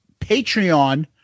Patreon